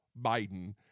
Biden